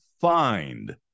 find